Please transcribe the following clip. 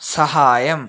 സഹായം